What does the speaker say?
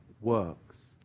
works